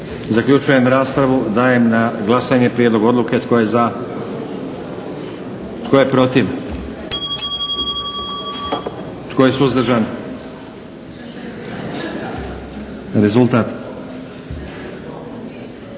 Zaključujem raspravu. Dajem na glasanje prijedlog odluke. Tko je za? Tko je protiv? Tko je suzdržan? Molim rezultat.